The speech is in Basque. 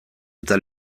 eta